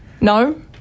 No